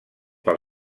pel